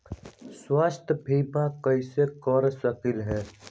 स्वाथ्य बीमा कैसे करा सकीले है?